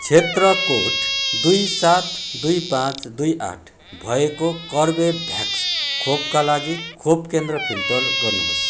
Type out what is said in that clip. क्षेत्र कोड दुई सात दुई पाँच दुई आठ भएको कर्बेभ्याक्स खोपका लागि खोप केन्द्र फिल्टर गर्नुहोस्